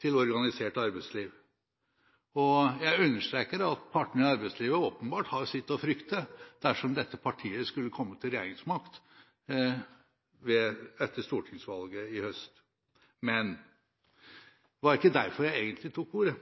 til organisert arbeidsliv. Jeg understreker at partene i arbeidslivet åpenbart har sitt å frykte dersom dette partiet skulle komme til regjeringsmakt etter stortingsvalget til høsten. Men det var egentlig ikke derfor jeg tok ordet,